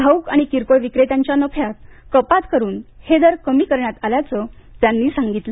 घाऊक आणि किरकोळ विक्रेत्यांच्या नफ्यात कपात करून हे दर कमी करण्यात आल्याचं त्यांनी सांगितलं